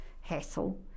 hassle